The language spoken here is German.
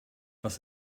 was